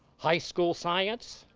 high school sciences,